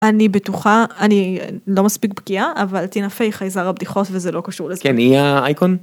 אני בטוחה, אני לא מספיק בקיאה, אבל טינה פיי היא חייזר הבדיחות וזה לא קשור לזה. כן, היא האייקון?